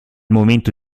momento